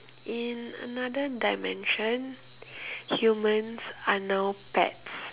in another dimension humans are now pets